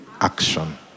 action